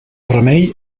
remei